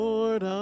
Lord